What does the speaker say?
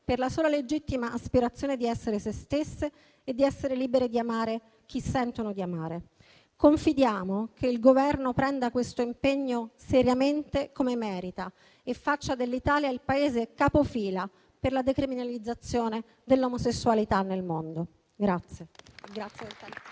per la sola legittima aspirazione di essere se stesse e di essere libere di amare chi sentono di amare. Confidiamo che il Governo prenda questo impegno seriamente, come merita, e faccia dell'Italia il Paese capofila per la decriminalizzazione dell'omosessualità nel mondo.